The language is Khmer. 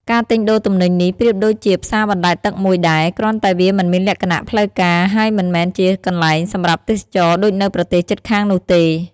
ការទិញដូរទំនិញនេះប្រៀបដូចជាផ្សារបណ្ដែតទឹកមួយដែរ គ្រាន់តែវាមិនមានលក្ខណៈផ្លូវការ ហើយមិនមែនជាកន្លែងសម្រាប់ទេសចរណ៍ដូចនៅប្រទេសជិតខាងនោះទេ។